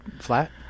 flat